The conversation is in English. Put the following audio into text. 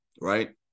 right